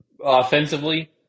offensively